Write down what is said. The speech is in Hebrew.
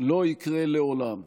לא יקרה לעולם,